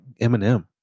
Eminem